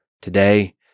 Today